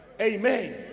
Amen